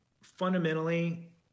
fundamentally